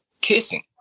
kissing